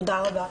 תודה רבה.